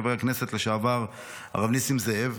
חבר הכנסת לשעבר הרב נסים זאב,